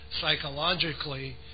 psychologically